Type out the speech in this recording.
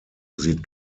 sieht